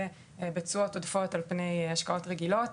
בתשואות עודפות על פני השקעות רגילות.